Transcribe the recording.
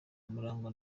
murangwa